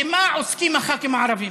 במה עוסקים הח"כים הערבים?